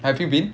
have you been